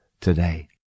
TODAY